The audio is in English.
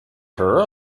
her